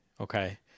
Okay